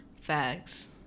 Facts